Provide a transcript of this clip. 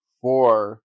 four